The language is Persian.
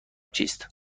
چیست